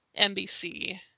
NBC